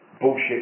bullshit